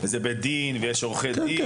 זה בית דין ויש עורכי דין.